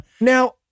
Now